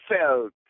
felt